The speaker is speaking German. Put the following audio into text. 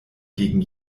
gegen